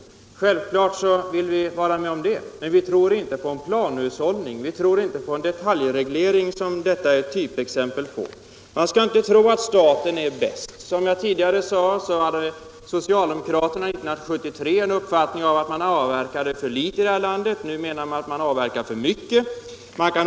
Självklart vill vi det. Men vi tror inte på en planhushållning och en detaljreglering, som detta är ett typexempel på. Man skall inte tro att staten är bäst. Som jag tidigare sade ansåg socialdemokraterna 1973 att vi avverkade för litet här i landet, nu menar de att vi avverkar för mycket.